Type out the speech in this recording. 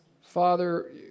Father